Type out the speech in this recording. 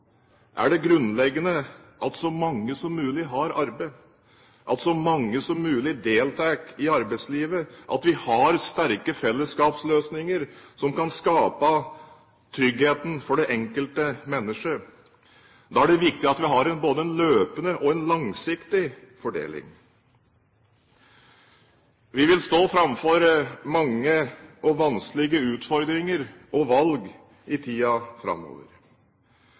er det grunnleggende at så mange som mulig har arbeid, at så mange som mulig deltar i arbeidslivet, at vi har sterke fellesskapsløsninger som kan skape trygghet for det enkelte mennesket. Da er det viktig at vi har både en løpende og en langsiktig fordeling. Vi vil stå framfor mange og vanskelige utfordringer og valg i tida framover.